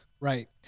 Right